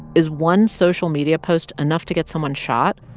is one social media post enough to get someone shot?